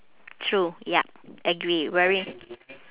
true yup agree wearing